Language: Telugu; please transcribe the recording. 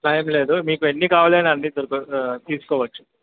అలా ఏమి లేదు మీకు ఎన్ని కావాలి అన్ని దొర్కు తీసుకోస్కోవొచ్చు